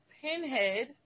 Pinhead